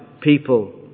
people